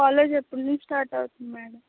college ఎప్పుడు నుంచి start అవుతుంది మ్యాడం